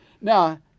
now